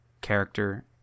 character